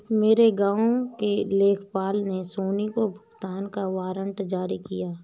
मेरे गांव के लेखपाल ने सोनी को भुगतान का वारंट जारी किया